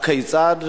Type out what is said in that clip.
הכיצד?